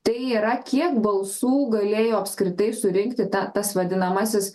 tai yra kiek balsų galėjo apskritai surinkti ta tas vadinamasis